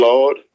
Lord